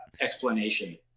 explanation